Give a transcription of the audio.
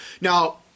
Now